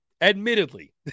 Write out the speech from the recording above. admittedly